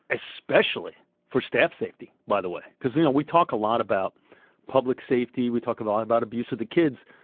especially for staff safety, by the way, because you know we talk a lot about public safety, we talk about about abuse of the kids.